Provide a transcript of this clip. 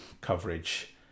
coverage